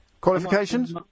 Qualifications